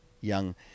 young